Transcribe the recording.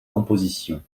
compositions